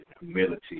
humility